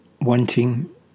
Wanting